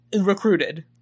recruited